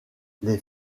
les